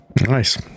Nice